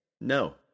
No